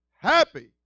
happy